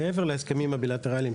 מעבר להסכמים הבילטרליים,